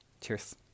cheers